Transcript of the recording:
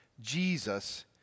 Jesus